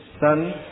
son